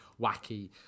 wacky